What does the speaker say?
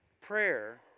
prayer